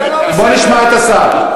בוא נשמע את השר.